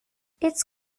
its